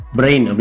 brain